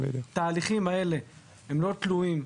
התהליכים האלה אינם תלויים,